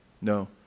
No